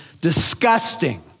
disgusting